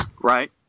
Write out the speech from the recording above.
Right